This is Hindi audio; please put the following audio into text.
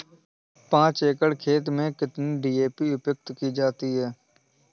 पाँच एकड़ खेत में कितनी डी.ए.पी उपयोग की जाती है?